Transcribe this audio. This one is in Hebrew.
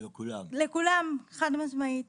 לכולם, חד משמעית.